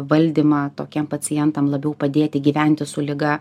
valdymą tokiem pacientam labiau padėti gyventi su liga